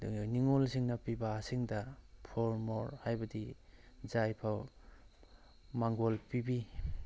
ꯑꯗꯨꯒ ꯅꯤꯡꯉꯣꯜꯁꯤꯡꯅ ꯄꯤꯕꯥꯁꯤꯡꯗ ꯐꯣꯔꯃꯣꯔ ꯍꯥꯏꯕꯗꯤ ꯖꯥꯏꯐ ꯃꯪꯒꯣꯜ ꯄꯤꯕꯤ